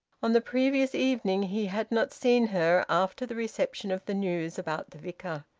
on the previous evening he had not seen her after the reception of the news about the vicar.